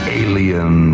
alien